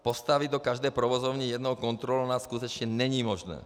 Postavit do každé provozovny jednoho kontrolora skutečně není možné.